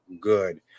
good